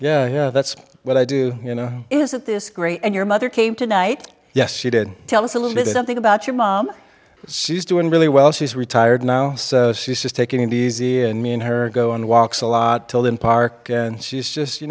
yeah that's what i do you know isn't this great and your mother came tonight yes she did tell us a little bit i think about your mom she's doing really well she's retired now she's just taking it easy and me and her go on walks a lot told in park and she's just you